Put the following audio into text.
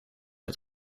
het